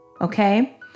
Okay